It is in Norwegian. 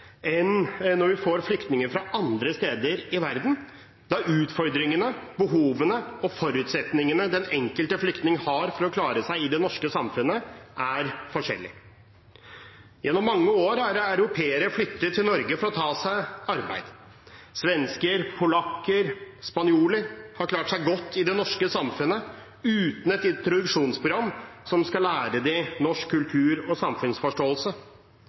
enn når vi får flyktninger fra andre steder i verden, da utfordringene, behovene og forutsetningene den enkelte flyktning har for å klare seg i det norske samfunnet, er forskjellig. Gjennom mange år har europeere flyttet til Norge for å ta seg arbeid. Svensker, polakker og spanjoler har klart seg godt i det norske samfunnet, uten et introduksjonsprogram som skal lære dem norsk kultur og samfunnsforståelse.